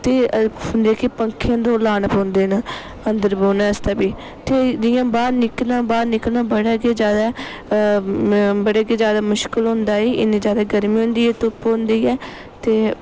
ते जेह्के कि पक्खे न ते ओह् लाना पौंदे न अंदर बौह्ने आस्तै बी ते जियां बाह्र निकलना बाह्र निकलना बड़ा गै ज्यादा बड़ा गै ज्यादा मुश्कल होंदा ऐ इन्नी ज्यादा गर्मी होंदी ऐ धुप्प होंदी ऐ ते